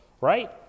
right